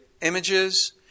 images